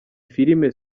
filime